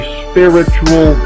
spiritual